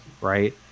right